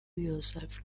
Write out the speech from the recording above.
yourself